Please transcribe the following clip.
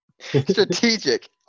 Strategic